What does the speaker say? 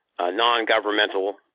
non-governmental